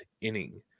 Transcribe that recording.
inning